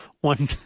one